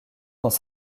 dans